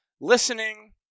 listening